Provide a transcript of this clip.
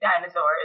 dinosaurs